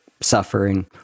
suffering